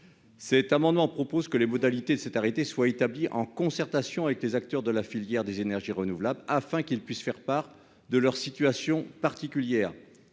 Cet amendement prévoit que les modalités de cet arrêté soient établies en concertation avec les acteurs de la filière des énergies renouvelables, afin qu'ils puissent faire part de leurs situations particulières.